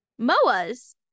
MOAs